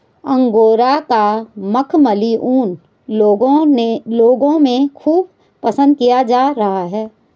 angora का मखमली ऊन लोगों में खूब पसंद किया जा रहा है